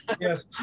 Yes